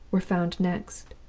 were found next.